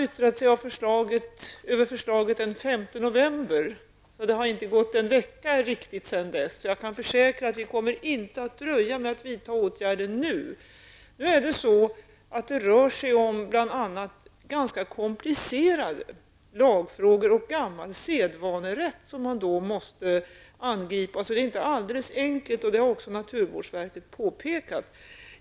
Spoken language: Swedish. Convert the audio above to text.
Det har inte riktigt gått en vecka sedan dess. Jag kan försäkra att vi inte kommer att dröja med att vidta åtgärder nu. Det rör sig om bl.a. ganska komplicerade lagfrågor och gammal sedvanerätt, som man måste angripa. Det är inte så enkelt, vilket naturvårdsverket också har påpekat.